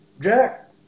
Jack